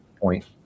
point